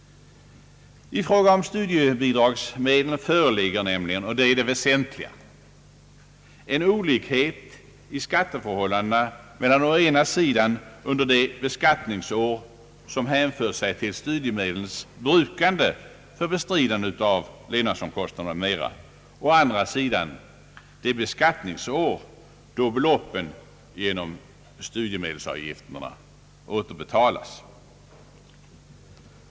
I fråga om studiebidragsmedlen föreligger — och det är det väsentliga — en olikhet i skatteförhållandena å ena sidan under de beskattningsår som hänför sig till studiemedlens brukande för bestridande av levnadskostnader m.m. och å andra sidan de beskattningsår då beloppen genom studiemedelsavgifterna återbetalas.